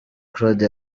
claude